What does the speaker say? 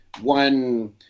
one